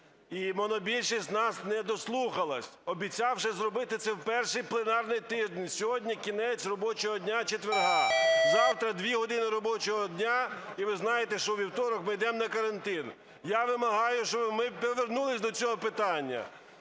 і монобільшість нас не дослухалась, обіцявши зробити це в перший пленарний тиждень. Сьогодні кінець робочого дня четверга, завтра дві години робочого дня, і ви знаєте, що у вівторок ми йдемо на карантин. Я вимагаю, щоби ми повернулись до цього питання.